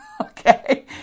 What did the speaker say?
okay